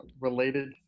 related